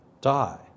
die